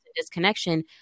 disconnection